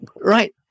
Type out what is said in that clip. Right